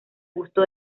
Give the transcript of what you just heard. busto